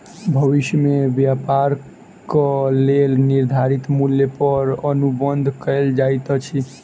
भविष्य में व्यापारक लेल निर्धारित मूल्य पर अनुबंध कएल जाइत अछि